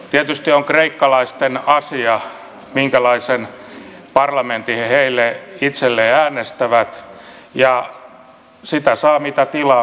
tietysti on kreikkalaisten asia minkälaisen parlamentin he itselleen äänestävät ja sitä saa mitä tilaa myös kreikassa